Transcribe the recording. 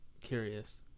Curious